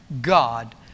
God